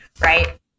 right